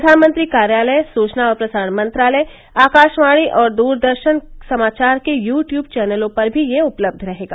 प्रधानमंत्री कार्यालय सूचना और प्रसारण मंत्रालय आकाशवाणी और दूरदर्शन समाचार के यू ट्यूब चौनलों पर भी यह उपलब्ध रहेगा